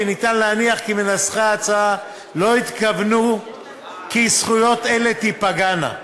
וניתן להניח כי מנסחי ההצעה לא התכוונו כי זכויות אלה תיפגענה.